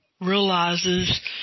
realizes